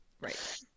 Right